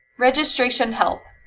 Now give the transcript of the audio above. registration help